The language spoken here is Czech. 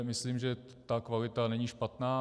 Myslím, že kvalita není špatná.